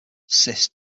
cysts